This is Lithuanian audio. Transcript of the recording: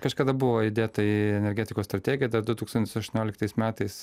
kažkada buvo įdėta į energetikos strategiją du tūkstantis aštuonioliktais metais